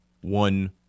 one